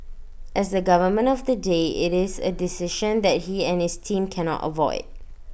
as the government of the day IT is A decision that he and his team cannot avoid